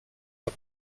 our